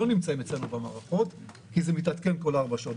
נמצאים אצלנו במערכות כי זה מתעדכן בכול ארבע שעות.